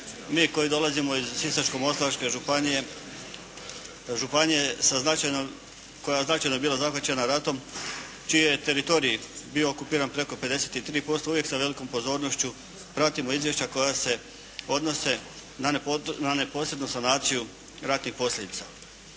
Mi koji dolazimo iz Sisačko-moslavačke županije, županije koja je značajno bila zahvaćena ratom čiji je teritorij bio okupiran preko 53% uvijek sa velikom pozornošću pratimo izvješća koja se odnose na neposrednu sanaciju ratnih posljedica.